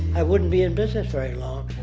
i wouldn't be in business very long.